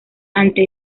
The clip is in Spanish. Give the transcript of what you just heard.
ante